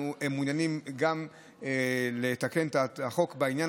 אנחנו מעוניינים גם לתקן את החוק בעניין